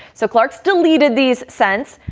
so clark's deleted these sense,